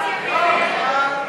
מי בעד?